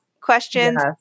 questions